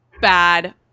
bad